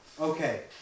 Okay